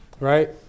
Right